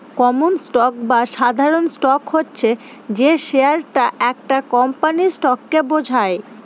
common stock বা সাধারণ stock হচ্ছে যে শেয়ারটা একটা কোম্পানির স্টককে বোঝায়